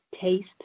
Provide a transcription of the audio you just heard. taste